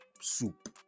soup